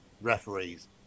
referees